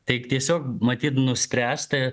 tai tiesiog matyt nuspręsta